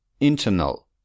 Internal